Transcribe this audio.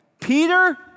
Peter